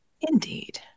indeed